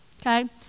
Okay